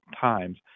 times